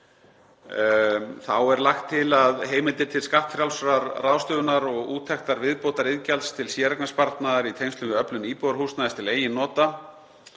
þá er lagt til að heimildir til skattfrjálsrar ráðstöfunar og úttektar viðbótariðgjalds til séreignarsparnaðar í tengslum við öflun íbúðarhúsnæðis til eigin nota